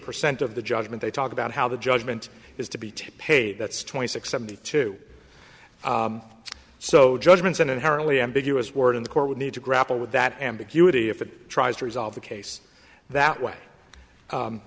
percent of the judgement they talk about how the judgement is to be to pay that's twenty six seventy two so judgments an inherently ambiguous word in the court would need to grapple with that ambiguity if it tries to resolve the case that way